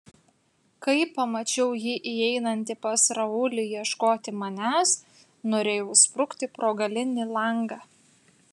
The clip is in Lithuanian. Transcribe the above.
kai pamačiau jį įeinantį pas raulį ieškoti manęs norėjau sprukti pro galinį langą